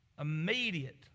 immediate